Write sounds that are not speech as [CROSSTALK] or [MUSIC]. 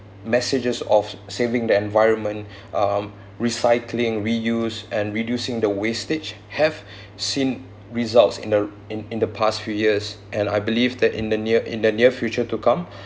messages of saving the environment um recycling reuse and reducing the wastage have [BREATH] seen results in the in in the past few years and I believe that in the near in the near future to come